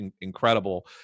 incredible